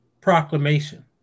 proclamation